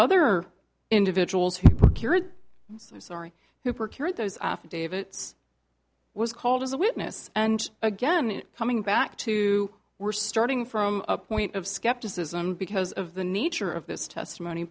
other individuals who procured so sorry hooper care those affidavits was called as a witness and again coming back to we're starting from a point of skepticism because of the nature of this testimony